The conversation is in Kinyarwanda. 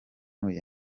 akunda